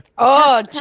oh